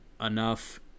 enough